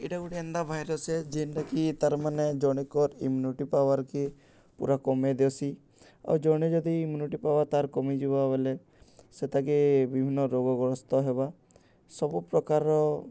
ଇଟା ଗୁଟେ ଏନ୍ତା ଭାଇରସ୍ ଏ ଯେନ୍ଟାକି ତାର୍ମାନେ ଜଣେକର୍ ଇମ୍ୟୁନିଟି ପାୱାର୍କେ ପୁରା କମେଇ ଦେସି ଆଉ ଜଣେ ଯଦି ଇମ୍ୟୁନିଟି ପାୱାର୍ ତାର୍ କମିଯିବା ବଲେ ସେତାକେ ବିଭିନ୍ନ ରୋଗାଗ୍ରସ୍ତ ହେବା ସବୁ ପ୍ରକାର୍ର